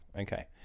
Okay